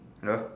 hello